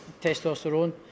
Testosterone